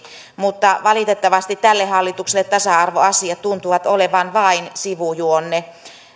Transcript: mutta valitettavasti tälle hallitukselle tasa arvoasiat tuntuvat olevan vain sivujuonne